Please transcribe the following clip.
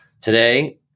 today